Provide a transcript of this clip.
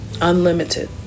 Unlimited